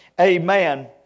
amen